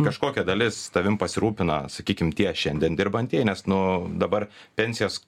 kažkokia dalis tavim pasirūpina sakykim tie šiandien dirbantieji nes nu dabar pensijas